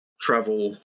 travel